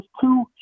two